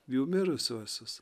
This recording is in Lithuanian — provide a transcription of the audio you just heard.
jų mirusiuosius